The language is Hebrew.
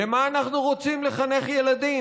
לְמה אנחנו רוצים לחנך ילדים?